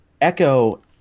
Echo